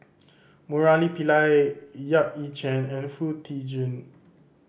Murali Pillai Yap Ee Chian and Foo Tee Jun